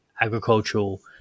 agricultural